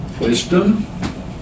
Wisdom